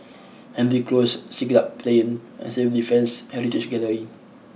Hendry Close Siglap Plain and Civil Defence Heritage Gallery